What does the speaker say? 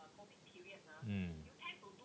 mm